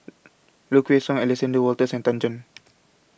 Low Kway Song Alexander Wolters and Tan Chan